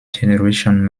generation